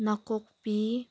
ꯅꯥꯀꯨꯞꯄꯤ